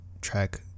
track